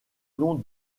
nom